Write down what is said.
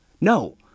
No